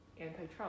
anti-trump